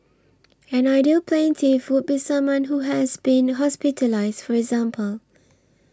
an ideal plaintiff would be someone who has been hospitalised for example